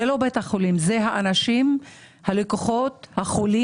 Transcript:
זה לא רק בית החולים, זה האנשים, הלקוחות, החולים,